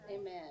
Amen